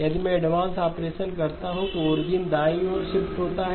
यदि मैं advance operation करता हूं तो ओरिजिन दाईं ओर शिफ्ट होता है